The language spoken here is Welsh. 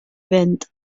fynd